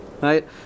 right